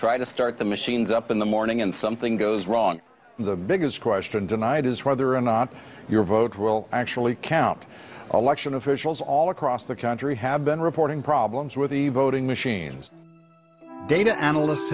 try to start the machines up in the morning and something goes wrong and the biggest question tonight is whether or not your vote will actually count election officials all across the country have been reporting problems with the voting machines data analysts